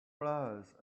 flowers